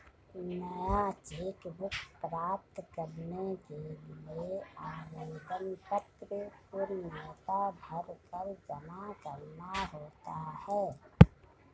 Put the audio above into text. नया cheque book प्राप्त करने के लिए आवेदन पत्र पूर्णतया भरकर जमा करना होता है